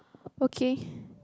okay